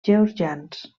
georgians